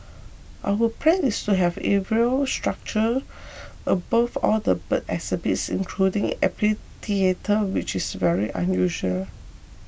our plan is to have aviary structure above all the bird exhibits including amphitheatre which is very unusual